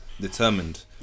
determined